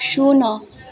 ଶୂନ